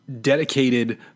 dedicated